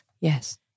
Yes